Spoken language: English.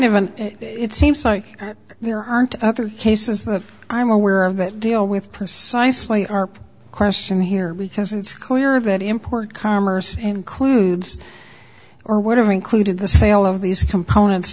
of an it seems like there aren't other cases that i'm aware of that deal with precisely arp question here because it's clear that import commerce includes or would have included the sale of these components